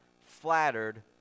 flattered